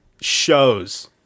shows